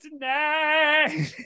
tonight